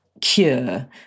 cure